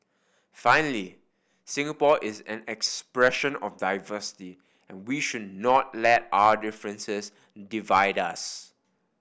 finally Singapore is an expression of diversity and we should not let our differences divide us